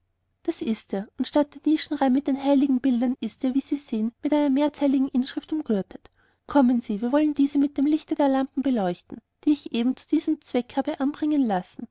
das ist er und statt der nischenreihen mit den heiligenbildern ist er wie sie sehen mit einer mehrzeiligen inschrift umgürtet kommen sie wir wollen diese bei dem lichte der lampen deuten die ich eben zu diesem zweck habe anbringen lassen